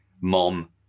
mom